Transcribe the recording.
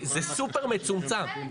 זה סופר מצומצם.